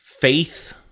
Faith